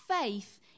faith